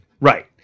Right